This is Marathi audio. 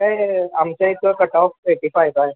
का आमचं एक कटऑफ एटी फायव आहे